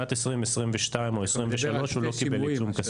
בשנת 2022 או 2023 הוא לא קיבל עיצום כספי.